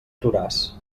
toràs